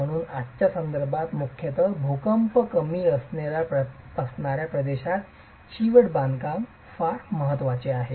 म्हणूनच आजच्या संदर्भात मुख्यतः भूकंप कमी असणार्या प्रदेशात चिवट बांधकाम फार महत्वाचे आहे